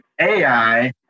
AI